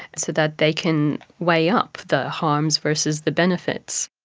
and so that they can weigh up the harms versus the benefits.